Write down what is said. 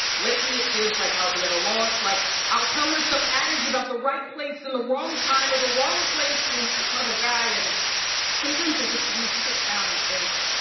lately it feels like i'll be at a loss like, i'll tell her some adage about the right place and the wrong time or the wrong place and some other guy and sometimes i just want to sit down and think,